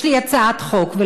יש לי הצעת חוק,